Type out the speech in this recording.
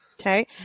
Okay